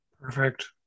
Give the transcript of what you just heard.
Perfect